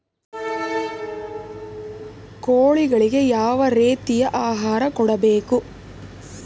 ಕೋಳಿಗಳಿಗೆ ಯಾವ ರೇತಿಯ ಆಹಾರ ಕೊಡಬೇಕು?